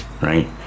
Right